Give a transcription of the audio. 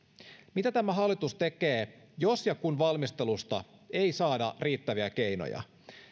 mitä tämä hallitus tekee jos ja kun valmistelusta ei saada riittäviä keinoja